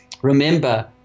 Remember